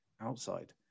outside